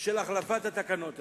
של החלפת התקנות האלה.